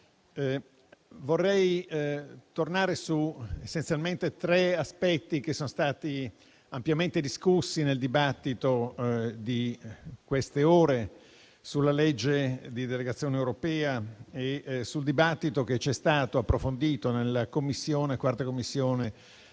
vorrei tornare essenzialmente su tre aspetti che sono stati ampiamente discussi nel dibattito di queste ore sulla legge di delegazione europea e nel dibattito approfondito che si è svolto nella 4a Commissione